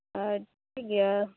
ᱟᱪ ᱪᱷᱟ ᱴᱷᱤᱠ ᱜᱮᱭᱟ